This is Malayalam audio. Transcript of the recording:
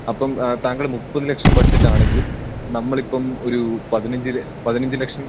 അപ്പോള് താങ്കൾ മുപ്പത് ലക്ഷം ബഡ്ജറ്റാണെങ്കിൽ നമ്മളിപ്പോള് ഒരു പതിനഞ്ചില് പതിനഞ്ച് ലക്ഷം